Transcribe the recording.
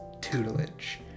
tutelage